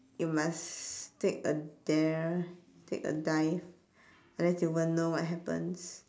you must take a dare take a dive unless you won't know what happens